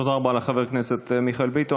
תודה רבה לחבר הכנסת מיכאל ביטון.